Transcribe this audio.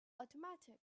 automatic